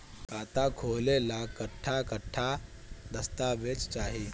खाता खोले ला कट्ठा कट्ठा दस्तावेज चाहीं?